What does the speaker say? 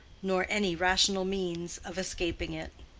nor any rational means of escaping it.